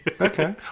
okay